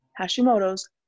Hashimoto's